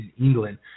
England